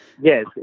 Yes